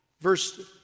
verse